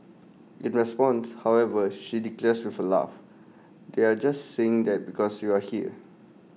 in response however she declares with A laugh they're just saying that because you're here